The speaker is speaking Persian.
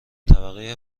طبقه